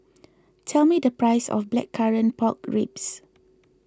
tell me the price of Blackcurrant Pork Ribs